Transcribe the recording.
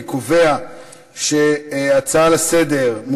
אני קובע שההצעה לסדר-היום,